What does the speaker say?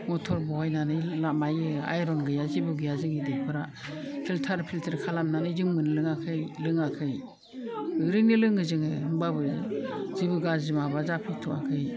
मटर बहायनानै माबायो आइयन गैया जेबो गैया जोंनि दैफोरा फिल्टार फिल्टुर खालामनानै जों मोनलोङाखै लोङाखै ओरैनो लोङो जोङो होमब्लाबो जेबो गाज्रि माबा जाफेरथ'वाखै